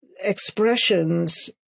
expressions